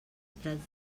prats